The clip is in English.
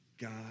God